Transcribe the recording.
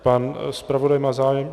Pan zpravodaj má zájem?